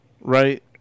Right